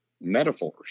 metaphors